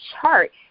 chart